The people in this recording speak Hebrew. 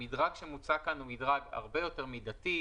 המדרג שמוצע כאן הוא מדרג הרבה יותר מידתי.